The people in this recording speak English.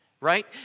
right